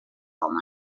all